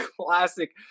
classic